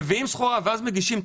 יש לי